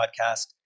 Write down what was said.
Podcast